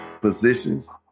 positions